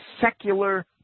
secular